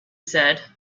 said